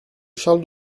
charles